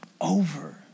over